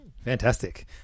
Fantastic